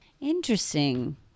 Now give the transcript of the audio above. Interesting